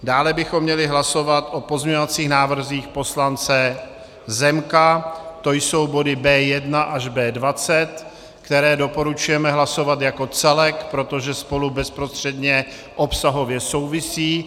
Dále bychom měli hlasovat o pozměňovacích návrzích poslance Zemka, to jsou body B1 až B20, které doporučujeme hlasovat jako celek, protože spolu bezprostředně obsahově souvisejí.